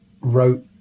wrote